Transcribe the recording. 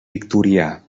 victorià